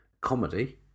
comedy